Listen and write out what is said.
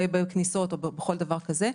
בכניסות או בכל דבר כזה,